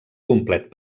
complet